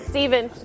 Steven